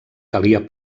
calia